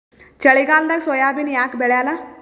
ಚಳಿಗಾಲದಾಗ ಸೋಯಾಬಿನ ಯಾಕ ಬೆಳ್ಯಾಲ?